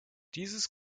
dieses